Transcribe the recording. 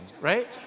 right